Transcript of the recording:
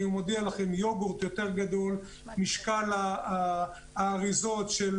אני מודיע לכם, יוגורט יותר גדול, משקל האריזות של